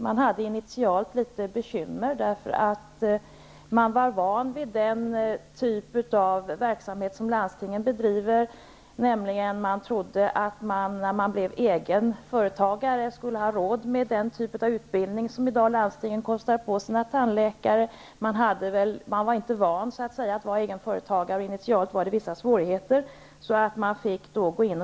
Man hade initialt litet bekymmer, eftersom man var van vid den typ av verksamhet som landstingen bedriver. Man trodde att man när man blev eget företag skulle ha råd med den typ av utbildning som landstingen kostar på sina tandläkare. Man var alltså inte van vid att vara eget företag och hade initialt vissa svårigheter, så att man fick